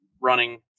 running